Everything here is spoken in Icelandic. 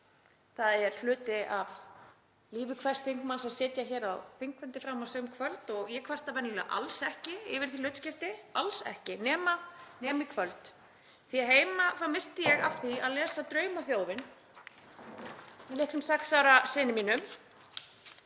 Það er hluti af lífi hvers þingmanns að setja hér á þingfundi fram á sum kvöld og ég kvarta venjulega alls ekki yfir því hlutskipti, alls ekki, nema í kvöld. Því heima missti ég af því að lesa Draumaþjófinn með litlum sex ára syni mínum.